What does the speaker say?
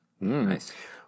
Nice